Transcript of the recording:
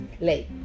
late